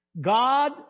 God